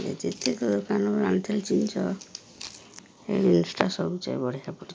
ଏ ଯେତେକ ଦୋକାନରୁ ଆଣିଥିଲି ଜିନିଷ ଏ ଜିନିଷଟା ସବୁଠୁ ବଢ଼ିଆ ପଡ଼ିଛି